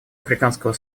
африканского